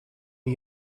die